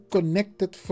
Connected